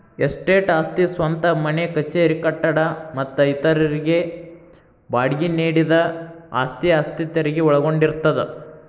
estate ಆಸ್ತಿ ಸ್ವಂತ ಮನೆ ಕಚೇರಿ ಕಟ್ಟಡ ಮತ್ತ ಇತರರಿಗೆ ಬಾಡ್ಗಿ ನೇಡಿದ ಆಸ್ತಿ ಆಸ್ತಿ ತೆರಗಿ ಒಳಗೊಂಡಿರ್ತದ